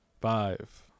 Five